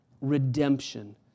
Redemption